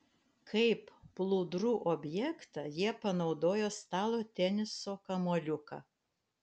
kaip plūdrų objektą jie panaudojo stalo teniso kamuoliuką